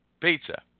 pizza